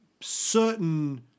certain